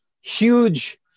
huge